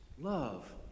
love